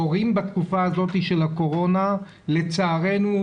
הורים בתקופה הזאת של הקורונה לצערנו,